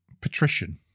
patrician